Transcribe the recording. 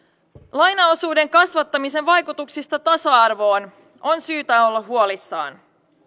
lainaosuuden kasvattamisen vaikutuksista tasa arvoon on syytä olla huolissaan